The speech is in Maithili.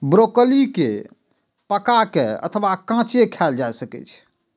ब्रोकली कें पका के अथवा कांचे खाएल जा सकै छै